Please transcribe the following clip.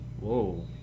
Whoa